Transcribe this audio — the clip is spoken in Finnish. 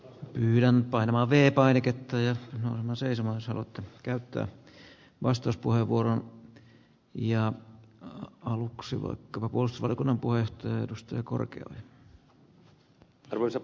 pyydän painamaan vie painiketta ja seisovansa uutta käyttöä vastus puheenvuoron ja aluksi vaikka vapun satakunnan poistojen entistäkin tärkeämpää